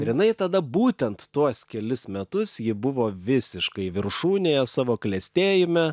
ir jinai tada būtent tuos kelis metus ji buvo visiškai viršūnėje savo klestėjime